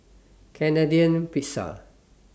Canadian Pizza